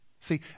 See